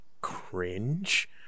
cringe